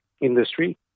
industry